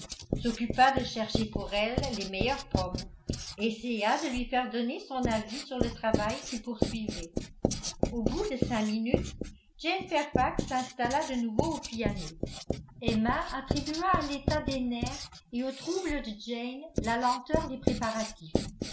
s'occupa de chercher pour elle les meilleures pommes essaya de lui faire donner son avis sur le travail qu'il poursuivait au bout de cinq minutes jane fairfax s'installa de nouveau au piano emma attribua à l'état des nerfs et au trouble de jane la lenteur des préparatifs